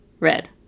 red